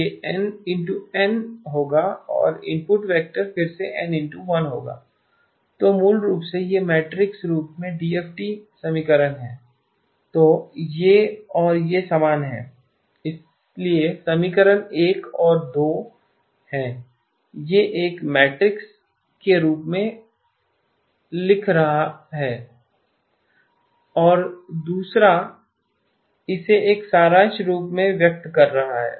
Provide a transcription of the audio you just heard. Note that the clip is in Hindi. यह NN होगा और इनपुट वेक्टर फिर से N1 होगा तो मूल रूप से यह मैट्रिक्स रूप में डीएफटी समीकरण है तो यह और यह समान हैं इसलिए समीकरण 1 और 2 समान हैं एक इसे मैट्रिक्स के रूप में लिख रहा है और दूसरा इसे एक सारांश के रूप में व्यक्त कर रहा है